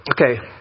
okay